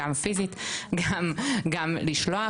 גם פיזית וגם לשלוח,